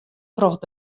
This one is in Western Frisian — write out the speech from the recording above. troch